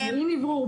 עם אוורור,